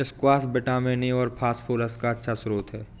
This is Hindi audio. स्क्वाश विटामिन ए और फस्फोरस का अच्छा श्रोत है